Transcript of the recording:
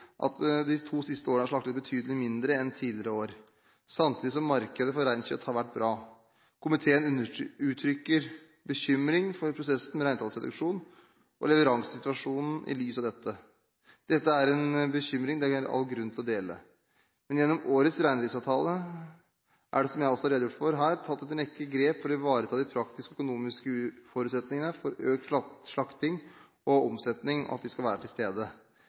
det de to siste årene er slaktet betydelig mindre enn tidligere år, samtidig som markedet for reinkjøtt har vært bra. Komiteen uttrykker bekymring for prosessen med reintallsreduksjon og leveransesituasjonen i lys av dette. Dette er en bekymring det er all grunn til å dele. Men gjennom årets reindriftsavtale er det, som jeg også har redegjort for her, tatt en rekke grep for å ivareta at de praktiske og økonomiske forutsetningene for økt slakting og omsetning skal være til stede.